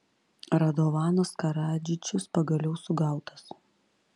radovanas karadžičius pagaliau sugautas